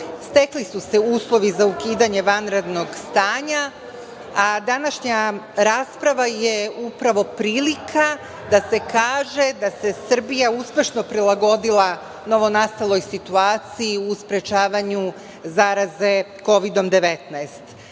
stekli su se uslovi za ukidanje vanrednog stanja, a današnja rasprava je upravo prilika da se kaže da se Srbija uspešno prilagodila novonastaloj situaciji u sprečavanju zaraze